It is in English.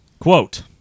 quote